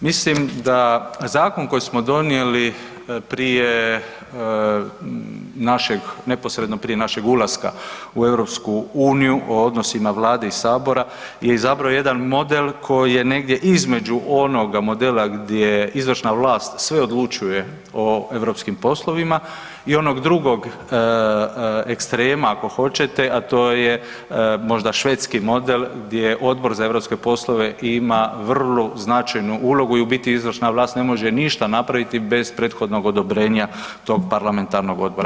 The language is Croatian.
Mislim da zakon koji smo donijeli prije našeg neposredno prije našeg ulaska u EU o odnosima Vlade i Sabora je izabrao jedan model koji je negdje između onoga modela gdje izvršna vlast sve odlučuje o europskim poslovima i onog drugog ekstrema ako hoćete, a to je možda švedski model gdje Odbor za europske poslove ima vrlo značajnu ulogu i u biti izvršna vlast ne može ništa napraviti bez prethodnog odobrenja tog parlamentarnog odbora.